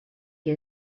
que